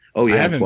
oh yeah,